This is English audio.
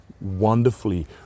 wonderfully